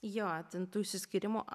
jo ten tų išsiskyrimų